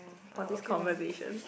for this conversation